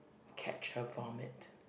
catch her vomit